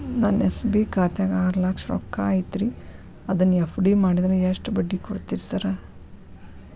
ನನ್ನ ಎಸ್.ಬಿ ಖಾತ್ಯಾಗ ಆರು ಲಕ್ಷ ರೊಕ್ಕ ಐತ್ರಿ ಅದನ್ನ ಎಫ್.ಡಿ ಮಾಡಿದ್ರ ಎಷ್ಟ ಬಡ್ಡಿ ಕೊಡ್ತೇರಿ ಸರ್?